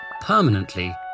permanently